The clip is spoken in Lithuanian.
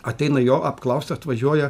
ateina jo apklaust atvažiuoja